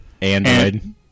Android